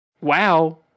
Wow